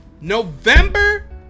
November